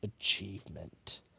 achievement